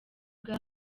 bwa